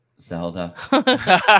Zelda